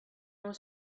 was